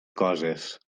coses